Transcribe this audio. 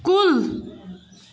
کُل